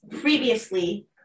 previously